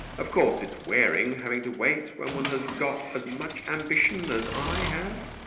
of course, it's wearing, having to wait when one has got as much ambition as i have